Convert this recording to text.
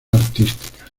artística